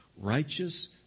righteous